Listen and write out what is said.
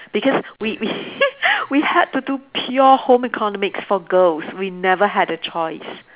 because we we we had to do pure home economics for girls we never had a choice